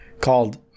called